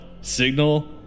Signal